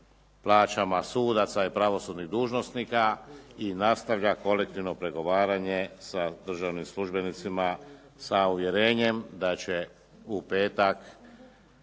plaćama sudaca i pravosudnih dužnosnika i nastavlja kolektivno pregovaranje sa državnim službenicima, sa uvjerenjem da će u petak